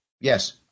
Yes